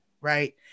right